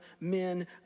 men